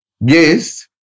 Yes